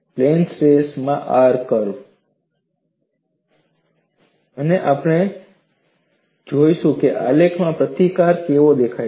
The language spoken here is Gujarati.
પ્લેન સ્ટ્રેનમાં આર કર્વ અને આપણે જોઈશું કે આલેખમાં પ્રતિકાર કેવો દેખાય છે